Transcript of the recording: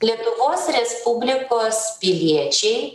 lietuvos respublikos piliečiai